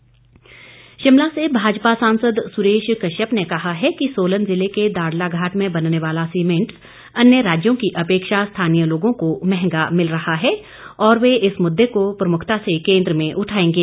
सुरेश कश्यप शिमला से भाजपा सांसद सुरेश कश्यप ने कहा है कि सोलन जिले की दाड़लाघाट में बनने वाला सीमेंट अन्य राज्यों की अपेक्षा स्थानीय लोगों को महंगा मिल रहा है और वे इस मुद्दे को प्रमुखता से केन्द्र में उठाएंगे